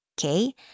Okay